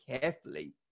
carefully